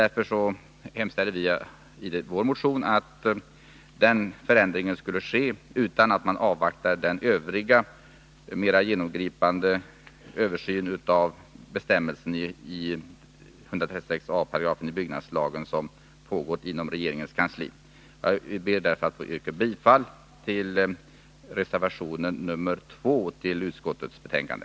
Därför hemställer vi i vår motion att denna förändring skall göras utan att man avvaktar den övriga, mer genomgripande översyn av 136 a § byggnadslagen som pågår inom regeringens kansli. Jag ber därför att få yrka bifall till reservation nr2 till utskottets betänkande.